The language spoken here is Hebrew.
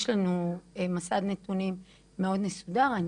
יש לנו מסד נתונים מאוד מסודר.